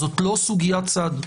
זו לא סוגית צד.